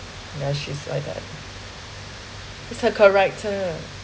yes she is like that is a corrector